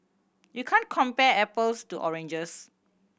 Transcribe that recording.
you can't compare apples to oranges